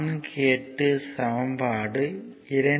48 ஐ சமன்பாடு 2